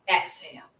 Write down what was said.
exhale